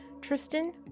Tristan